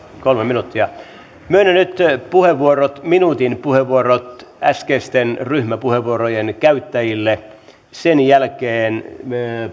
kolme minuuttia myönnän nyt minuutin puheenvuorot äskeisten ryhmäpuheenvuorojen käyttäjille sen jälkeen